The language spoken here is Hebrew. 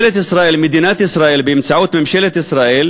מדינת ישראל, באמצעות ממשלת ישראל,